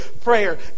prayer